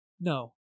No